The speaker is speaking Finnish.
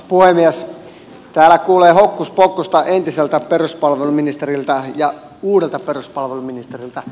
täällä kuulee hokkuspokkusta entiseltä peruspalveluministeriltä ja uudelta peruspalveluministeriltä